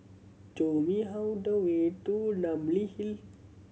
show me how the way to Namly Hill